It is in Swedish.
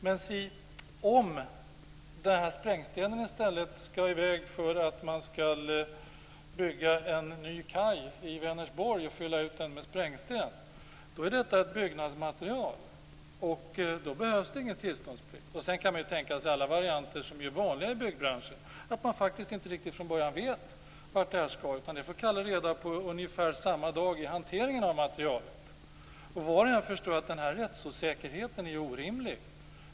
Men om sprängstenen i stället skall i väg till Vänersborg för att man skall bygga en ny kaj och fylla ut den med sprängsten, då är detta ett byggnadsmaterial. Då behövs det inget tillstånd. Sedan kan man tänka sig alla varianter som är vanliga i byggbranschen, att man från början faktiskt inte riktigt vet vart det här skall. Det får Kalle reda på samma dag vid hanteringen av materialet. Var och en förstår att den här rättsosäkerheten är orimlig.